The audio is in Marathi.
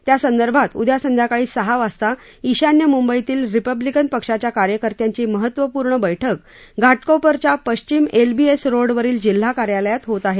त्यासंदर्भात उद्या सायंकाळी सहा वाजता ईशान्य मंबईतील रिपब्लिकन पक्षाच्या कार्यकर्त्यांची महत्वपूर्ण बैठक घाटकोपरच्या पश्चिम एल बी एस रोडवरील जिल्हा कार्यालयात होत आहे